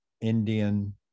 Indian